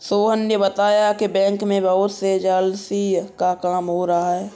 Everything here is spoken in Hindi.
सोहन ने बताया कि बैंक में बहुत से जालसाजी का काम हो रहा है